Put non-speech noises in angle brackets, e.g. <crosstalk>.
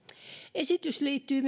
esitys liittyy <unintelligible>